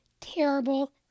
terrible